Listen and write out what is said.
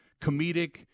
comedic